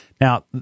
Now